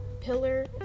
Pillar